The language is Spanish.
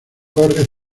corre